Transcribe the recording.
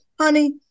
honey